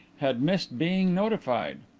had missed being notified.